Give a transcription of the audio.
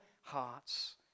hearts